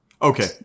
Okay